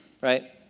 right